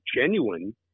genuine